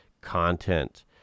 content